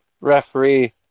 referee